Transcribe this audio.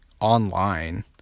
online